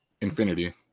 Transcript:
Infinity